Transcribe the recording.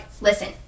listen